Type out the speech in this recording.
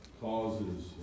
causes